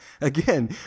again